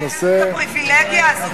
אין לנו הפריווילגיה הזאת,